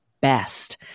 best